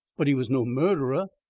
but he was no murderer,